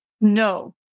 No